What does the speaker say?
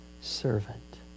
servant